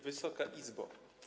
Wysoka Izbo!